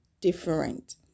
different